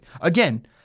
Again